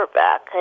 back